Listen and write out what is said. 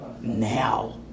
Now